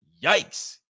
Yikes